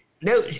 no